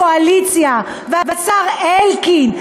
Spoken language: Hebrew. הקואליציה והשר אלקין,